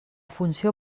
funció